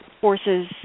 forces